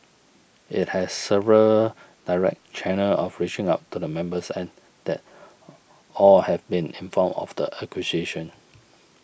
it has several direct channels of reaching out to the members and that all have been informed of the acquisition